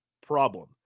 Problem